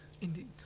Indeed